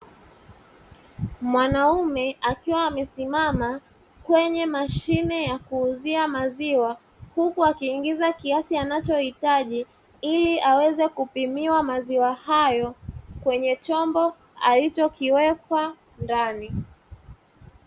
Mwanaume akiwa amesimama kwenye mashine ya kuuzia maziwa, huku akiingiza kiasi anachohitaji ili aweze kupimiwa maziwa hayo kwenye chombo alichokiweka ndani.